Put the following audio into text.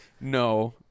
no